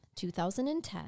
2010